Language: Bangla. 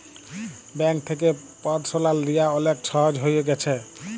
ব্যাংক থ্যাকে পারসলাল লিয়া অলেক ছহজ হঁয়ে গ্যাছে